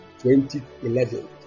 2011